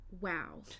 wow